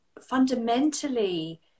fundamentally